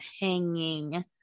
hanging